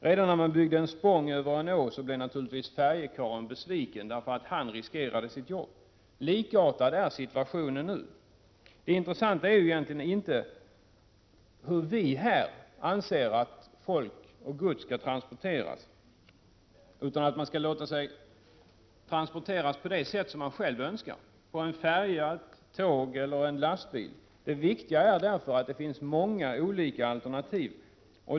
Redan när man byggde en spång över en å blev naturligtvis färjkarlen besviken därför att han riskerade sitt jobb. Likartad är situationen nu. Det intressanta är egentligen inte hur vi här anser att folk och gods skall — Prot. 1987/88:31 transporteras. Man skall låta sig transporteras på det sätt som man själv 25 november 1987 önskar — med färja, tåg eller lastbil. Det viktiga är därför att det finns många olika alternativ.